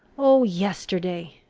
oh, yesterday!